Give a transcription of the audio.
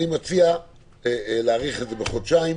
אני מציע להאריך בחודשיים,